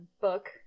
book